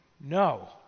No